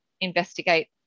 investigate